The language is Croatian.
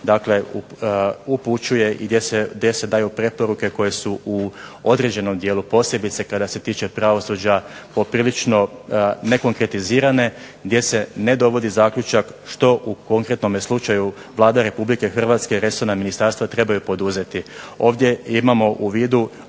upućuje i gdje se daju preporuke koje su u određenom dijelu posebice kada se tiče pravosuđa poprilično nekonkretizirane, gdje se ne dovodi zaključak što u konkretnome slučaju Vlada Republike Hrvatske i resorna ministarstva trebaju poduzeti. Ovdje imamo u vidu